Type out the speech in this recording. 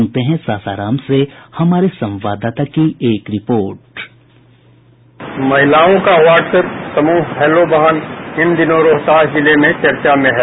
सुनते हैं सासाराम से हमारे संवाददाता की एक रिपोर्ट साउंड बाईट महिलाओं का व्हाटस अप समूह हैलो बहन इन दिनों रोहतास जिले में चर्चा में है